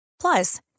Plus